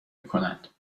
میکنند